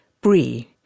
brie